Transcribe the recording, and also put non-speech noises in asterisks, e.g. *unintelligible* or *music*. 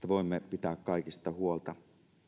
*unintelligible* voimme pitää kaikista huolta